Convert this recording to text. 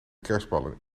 kerstballen